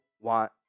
want